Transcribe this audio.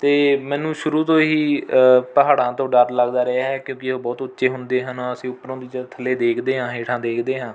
ਅਤੇ ਮੈਨੂੰ ਸ਼ੁਰੂ ਤੋਂ ਹੀ ਪਹਾੜਾਂ ਤੋਂ ਡਰ ਲੱਗਦਾ ਰਿਹਾ ਹੈ ਕਿਉਂਕਿ ਉਹ ਉੱਚੇ ਹੁੰਦੇ ਹਨ ਅਸੀਂ ਉੱਪਰੋਂ ਤੋਂ ਥੱਲੇ ਦੇਖਦੇ ਹਾਂ ਹੇਠਾਂ ਦੇਖਦੇ ਹਾਂ